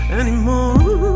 anymore